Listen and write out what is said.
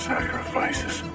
Sacrifices